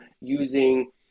using